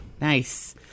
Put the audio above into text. nice